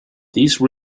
these